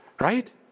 Right